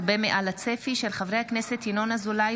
מאת חברי הכנסת עאידה תומא סלימאן,